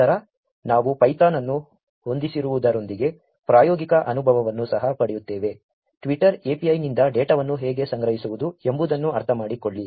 ನಂತರ ನಾವು ಪೈಥಾನ್ ಅನ್ನು ಹೊಂದಿಸುವುದರೊಂದಿಗೆ ಪ್ರಾಯೋಗಿಕ ಅನುಭವವನ್ನು ಸಹ ಪಡೆಯುತ್ತೇವೆ Twitter API ನಿಂದ ಡೇಟಾವನ್ನು ಹೇಗೆ ಸಂಗ್ರಹಿಸುವುದು ಎಂಬುದನ್ನು ಅರ್ಥಮಾಡಿಕೊಳ್ಳಿ